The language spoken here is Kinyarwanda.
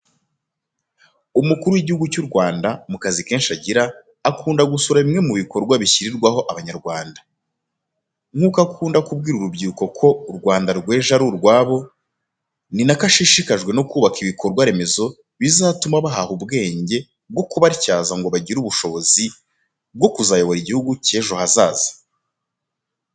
Umukuru w'igihugu cy'u Rwanda, mu kazi kenshi agira, ukunda gusura bimwe mu bikorwa bishyirirwaho Abanyarwanda. Nk'uko akunda kubwira urubyiruko ko u Rwanda rw'ejo ari urwabo, ni nako ashishikajwe no kubaka ibikorwaremezo bizatuma bahaha ubwenge bwo kubatyaza ngo bagire ubushobozi bwo kuzayobora igihugu cy'ejo hazaza.